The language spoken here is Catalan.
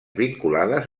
vinculades